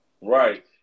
Right